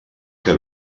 que